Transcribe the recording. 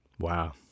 Wow